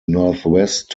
northwest